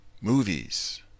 Movies